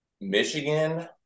Michigan